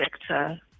sector